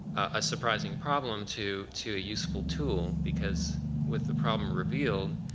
a surprising problem to to a useful tool, because with the problem revealed,